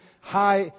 High